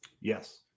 Yes